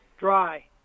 dry